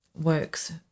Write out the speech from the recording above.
works